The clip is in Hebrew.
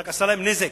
ורק עשה להם נזק.